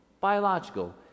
biological